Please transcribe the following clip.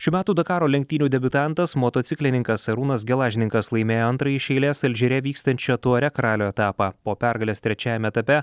šių metų dakaro lenktynių debiutantas motociklininkas arūnas gelažninkas laimėjo antrąjį iš eilės alžyre vykstančio tuareg ralio etapą po pergalės trečiajame etape